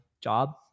job